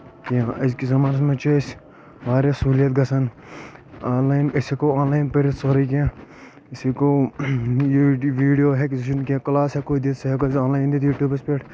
کینٛہہ أزۍ کِس زمانس منٛز چھِ أسۍ واریاہ سہوٗلیت گژھان آن لاین أسۍ ہٮ۪کو آن لاین پٔرِتھ سورُے کینٛہہ أسۍ ہٮ۪کو ویڑی ویڈیو ہٮ۪کہِ زِ کینٛہہ کلاس ہٮ۪کو دِتھ سُہ ہٮ۪کو أسۍ آن لاین تہِ دِتھ یوٗٹیوٗبس پٮ۪ٹھ